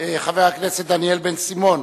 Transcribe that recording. חבר הכנסת דניאל בן-סימון,